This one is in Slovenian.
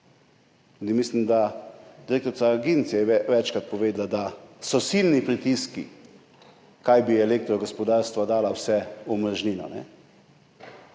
Mislim, da je direktorica agencije večkrat povedala, da so silni pritiski, kaj vse bi elektrogospodarstva dala v omrežnino.